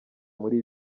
muri